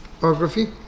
biography